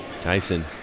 Tyson